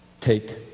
Take